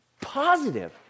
positive